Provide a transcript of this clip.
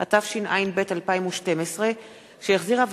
התקבלה על-ידי הכנסת והיא תועבר לדיון